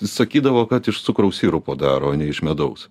sakydavo kad iš cukraus sirupo daro o ne iš medaus